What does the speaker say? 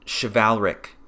chivalric